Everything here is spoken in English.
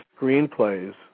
screenplays